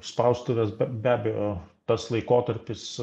spaustuvės be be abejo tas laikotarpis